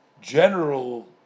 general